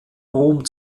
rom